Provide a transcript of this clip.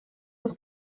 was